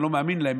אני לא מאמין להם,